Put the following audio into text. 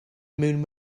mewn